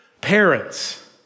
parents